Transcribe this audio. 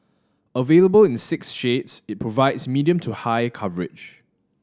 available in six shades it provides medium to high coverage